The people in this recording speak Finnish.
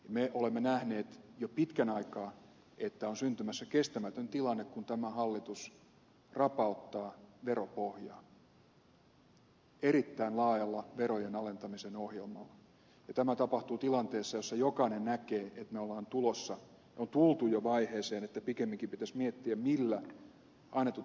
me olemme nähneet jo pitkän aikaa että on syntymässä kestämätön tilanne kun tämä hallitus rapauttaa veropohjaa erittäin laajalla verojen alentamisen ohjelmalla ja tämä tapahtuu tilanteessa jossa jokainen näkee että on tultu jo vaiheeseen että pikemminkin pitäisi miettiä millä annetut sitoumukset täytetään